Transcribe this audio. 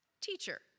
Teacher